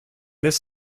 this